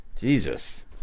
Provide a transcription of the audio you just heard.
Jesus